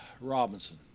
Robinson